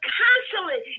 constantly